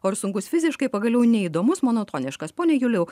o ir sunkus fiziškai pagaliau neįdomus monotoniškas pone juliau